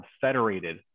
federated